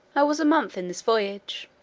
i was a month in this voyage.